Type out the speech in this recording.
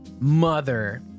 mother